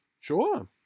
Sure